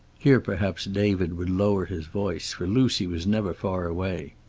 here perhaps david would lower his voice, for lucy was never far away.